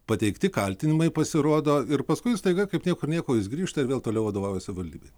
pateikti kaltinimai pasirodo ir paskui staiga kaip niekur nieko jis grįžta ir vėl toliau vadovauja savivaldybei